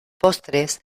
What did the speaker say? postres